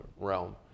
realm